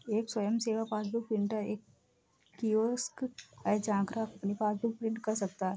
एक स्वयं सेवा पासबुक प्रिंटर एक कियोस्क है जहां ग्राहक अपनी पासबुक प्रिंट कर सकता है